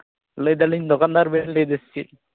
ᱞᱟᱹᱭ ᱫᱟᱞᱤᱧ ᱫᱚᱠᱟᱱ ᱫᱟᱨ ᱵᱮᱱ ᱞᱟᱹᱭᱫᱟ ᱥᱮ ᱪᱮᱫ